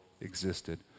existed